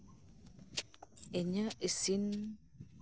ᱤᱧᱟᱹᱜ ᱤᱥᱤᱱ